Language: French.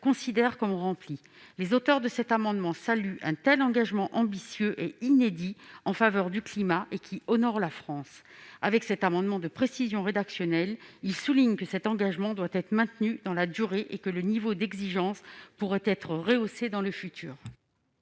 considère comme rempli. Les auteurs de cet amendement saluent un tel engagement ambitieux et inédit en faveur du climat, qui honore la France. Avec cet amendement de précision rédactionnelle, ils soulignent que cet engagement doit être maintenu dans la durée et que le niveau d'exigence pourrait être rehaussé à l'avenir.